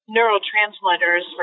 neurotransmitters